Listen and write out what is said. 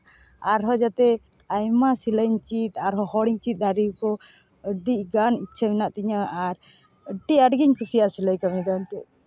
ᱟᱨᱦᱚᱸ ᱡᱟᱛᱮ ᱟᱭᱢᱟ ᱥᱮᱞᱟᱭᱤᱧ ᱪᱮᱫ ᱟᱨᱦᱚᱸ ᱦᱚᱲᱤᱧ ᱪᱮᱫ ᱫᱟᱲᱮᱭᱟᱠᱚ ᱟᱹᱰᱤ ᱜᱟᱱ ᱤᱪᱪᱷᱟᱹ ᱢᱮᱱᱟᱜ ᱛᱤᱧᱟᱹ ᱟᱨ ᱟᱹᱰᱤ ᱟᱸᱴᱜᱤᱧ ᱠᱩᱥᱤᱭᱟᱜᱼᱟ ᱥᱤᱞᱟᱹᱭ ᱠᱟᱹᱢᱤ ᱫᱚ